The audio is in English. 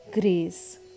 grace